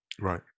Right